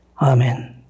Amen